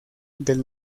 del